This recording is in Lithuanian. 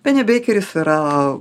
pene beikeris yra